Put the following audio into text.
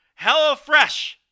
HelloFresh